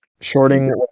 shorting